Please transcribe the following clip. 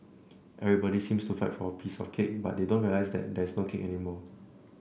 everybody seems to fight for a piece of the cake but they don't realise that there is no cake anymore